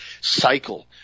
cycle